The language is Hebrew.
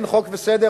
אין חוק וסדר,